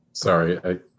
Sorry